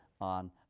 on